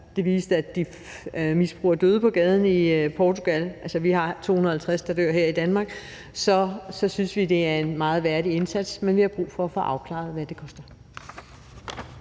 Portugal, hvor misbrugerne før døde på gaden i – altså, vi har 250, der dør her i Danmark – så synes vi, det er en meget værdig indsats, men vi har brug for at få afklaret, hvad det koster.